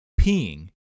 peeing